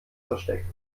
versteckt